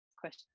question